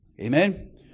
Amen